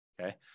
Okay